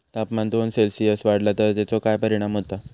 तापमान दोन सेल्सिअस वाढला तर तेचो काय परिणाम होता?